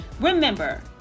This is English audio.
Remember